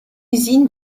usine